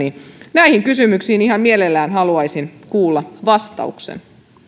näihin kysymyksiin ihan mielelläni haluaisin kuulla vastauksen